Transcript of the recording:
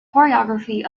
choreography